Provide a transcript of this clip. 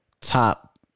top